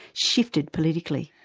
shifted politically.